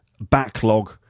backlog